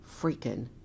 freaking